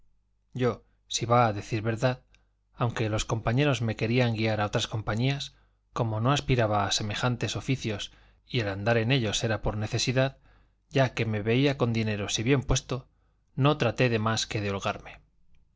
yo si va a decir verdad aunque los compañeros me querían guiar a otras compañías como no aspiraba a semejantes oficios y el andar en ellos era por necesidad ya que me veía con dineros y bien puesto no traté de más que de